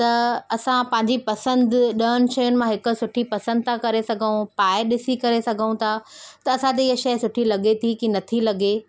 त असां पंहिंजी पसंदि ॾहनि शयुनि मां हिकु सुठी पसंदि था करे सघूं पाए ॾिसी करे सघूं था त असांखे हीअ शइ सुठी लॻे थी की नथी लॻे